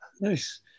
nice